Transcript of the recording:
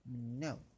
no